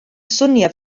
swnio